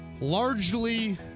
largely